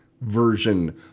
version